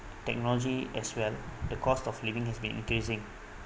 technology as well the cost of living is been increasing